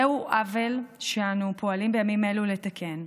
זהו עוול שאנו פועלים בימים אלו לתקן,